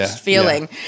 feeling